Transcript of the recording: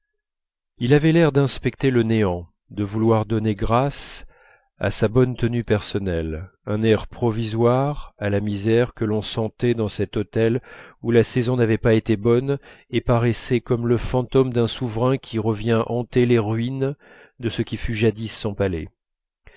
il avait l'air d'inspecter le néant de vouloir donner grâce à sa bonne tenue personnelle un air provisoire à la misère que l'on sentait dans cet hôtel où la saison n'avait pas été bonne et paraissait comme le fantôme d'un souverain qui revient hanter les ruines de ce qui fut jadis son palais